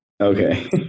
Okay